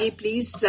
please